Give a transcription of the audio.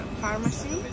pharmacy